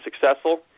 successful